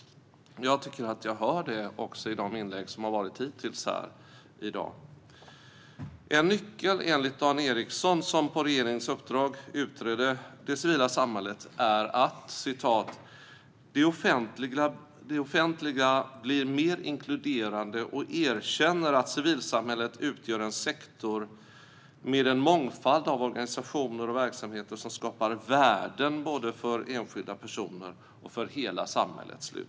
Det har jag hört också från de inlägg som hittills har gjorts här i dag. En nyckel enligt Dan Ericsson - som på regeringens uppdrag har utrett det civila samhället - är att det offentliga blir mer inkluderande och erkänner att civilsamhället utgör en sektor med en mångfald av organisationer och verksamheter som skapar värden både för enskilda personer och för hela samhället.